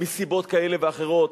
מסיבות כאלה ואחרות,